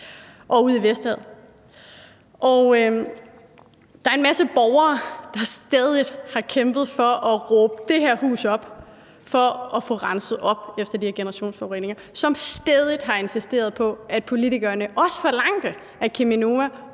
og ud i Vesterhavet. Og der er en masse borgere, der stædigt har kæmpet for at råbe det her hus op for at få renset op efter de her generationsforureninger; som stædigt har insisteret på, at politikerne også forlangte, at Cheminova